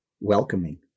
Welcoming